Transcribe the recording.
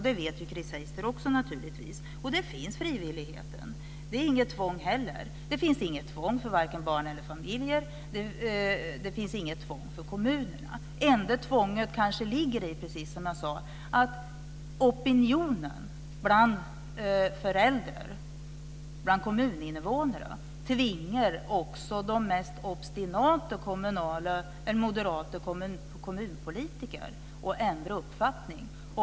Det vet naturligtvis också Chris Heister. Där finns frivilligheten. Det finns inget tvång för vare sig barn eller familjer, och det finns inget tvång för kommunerna. Det enda tvånget kanske ligger i, precis som jag sade, att opinionen bland föräldrar och kommuninnevånare tvingar också de mest obstinata moderata kommunpolitiker att ändra uppfattning.